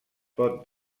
pot